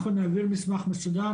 אנחנו נעביר מסמך מסודר,